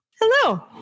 Hello